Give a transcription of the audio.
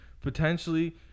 Potentially